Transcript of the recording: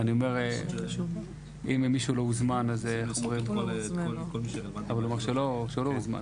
אני אומר, אם מישהו לא הוזמן, הוא אומר שלא הוזמן